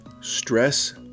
Stress